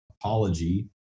apology